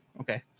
Okay